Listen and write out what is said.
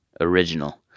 Original